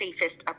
safest